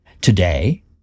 Today